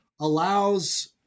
allows